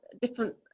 different